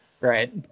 right